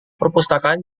perpustakaan